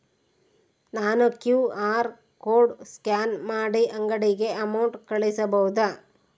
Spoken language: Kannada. ನಾನು ಕ್ಯೂ.ಆರ್ ಕೋಡ್ ಸ್ಕ್ಯಾನ್ ಮಾಡಿ ಅಂಗಡಿಗೆ ಅಮೌಂಟ್ ಕಳಿಸಬಹುದಾ?